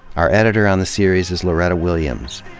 our editor on the series is loretta williams.